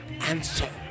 answer